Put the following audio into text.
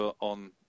on